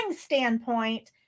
standpoint